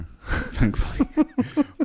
thankfully